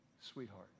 sweetheart